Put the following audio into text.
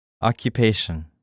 Occupation